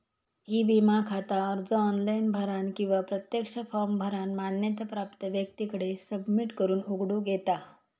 E विमा खाता अर्ज ऑनलाइन भरानं किंवा प्रत्यक्ष फॉर्म भरानं मान्यता प्राप्त व्यक्तीकडे सबमिट करून उघडूक येता